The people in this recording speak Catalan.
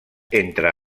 entre